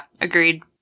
agreed